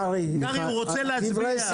קרעי, הוא רוצה להצביע.